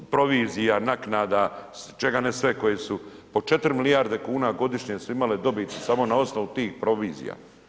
Ovih provizija, naknada, čega ne sve koje su po 4 milijarde kuna godišnje su imale dobit samo na osnovu tih provizija.